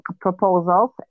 proposals